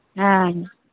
हॅं